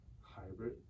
hybrid